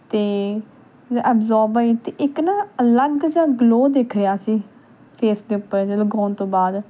ਅਤੇ ਅਬਜ਼ੋਬ ਅਤੇ ਇੱਕ ਨਾ ਅਲੱਗ ਜਿਹਾ ਗਲੋਅ ਦਿਖ ਰਿਹਾ ਸੀ ਫੇਸ ਦੇ ਉੱਪਰ ਜਦੋਂ ਲਗਾਉਣ ਤੋਂ ਬਾਅਦ